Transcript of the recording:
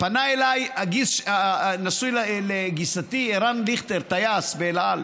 פנה אליי הנשוי לגיסתי, ערן דיכטר, טייס באל על,